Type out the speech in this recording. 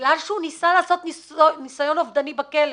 בגלל שהוא ניסה לעשות ניסיון אובדני בכלא,